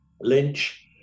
Lynch